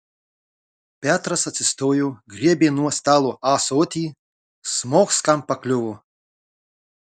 petras atsistojo griebė nuo stalo ąsotį smogs kam pakliuvo